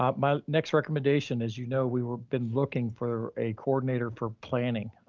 um my next recommendation is, you know, we were been looking for a coordinator for planning.